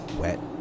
wet